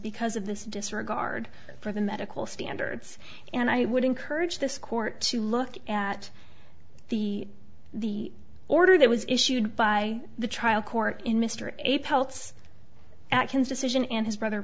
because of this disregard for the medical standards and i would encourage this court to look at the the order that was issued by the trial court in mr a pulse at his decision and his brother